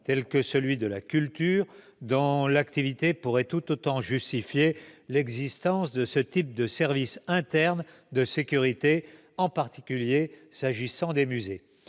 le secteur de la culture, dont l'activité pourrait tout autant justifier l'existence de ce type de service interne de sécurité, en particulier s'agissant des musées.